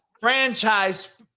Franchise